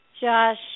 Josh